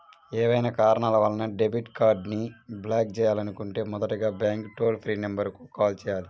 ఏవైనా కారణాల వలన డెబిట్ కార్డ్ని బ్లాక్ చేయాలనుకుంటే మొదటగా బ్యాంక్ టోల్ ఫ్రీ నెంబర్ కు కాల్ చేయాలి